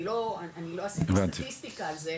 אני לא עשיתי סטטיסטיקה על זה,